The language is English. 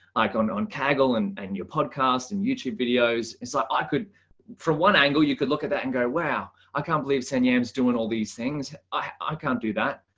like on on kaggle and and your podcast and youtube videos. it's like i could from one angle, you could look at that and go, wow, i can't believe sanyam's doing all these things. i can't do that.